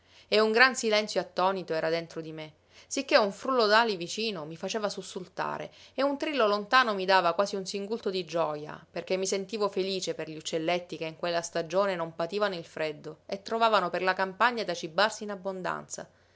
e un gran silenzio attonito era dentro di me sicché un frullo d'ali vicino mi faceva sussultare e un trillo lontano mi dava quasi un singulto di gioja perché mi sentivo felice per gli uccelletti che in quella stagione non pativano il freddo e trovavano per la campagna da cibarsi in abbondanza